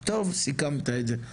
טוב, סיכמת את זה.